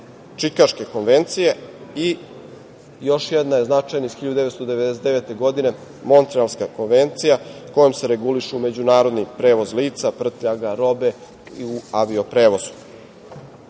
Čikaške konvencije i još jedna je značajna iz 1999. godine Montrealska konvencija kojom se regulišu međunarodni prevoz lica, prtljaga, robe u avio-prevozu. Moram